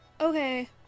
Okay